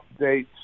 updates